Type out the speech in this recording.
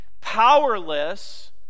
powerless